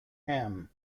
him